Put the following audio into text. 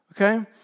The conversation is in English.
Okay